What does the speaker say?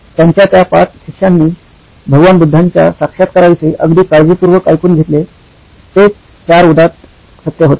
त्यांच्या त्या ५ शिष्यानी भगवान बुद्धांच्या साक्षात्काराविषयी अगदी काळजीपूर्वक ऐकून घेतले तेच चार उदात्त सत्य होते